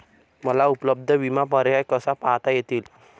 मला उपलब्ध विमा पर्याय कसे पाहता येतील?